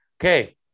Okay